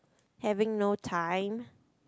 having no time